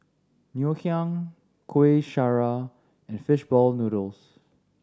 Ngoh Hiang Kuih Syara and fish ball noodles